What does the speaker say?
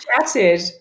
chatted